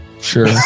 Sure